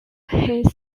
his